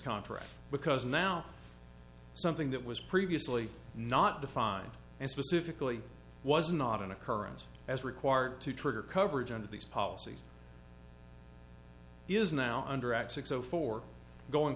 contract because now something that was previously not defined and specifically was not an occurrence as required to trigger coverage under these policies is now